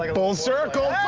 like full circle!